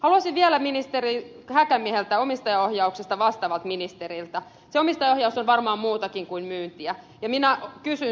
haluaisin vielä kysyä ministeri häkämieheltä omistajaohjauksesta vastaavalta ministeriltä se omistajaohjaus on varmaan muutakin kuin myyntiä minä kysyn teiltä